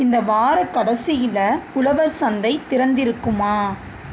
இந்த வாரக் கடைசியில் உழவர் சந்தை திறந்திருக்குமா